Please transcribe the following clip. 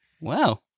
Wow